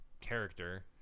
character